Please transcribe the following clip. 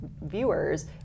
viewers